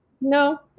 No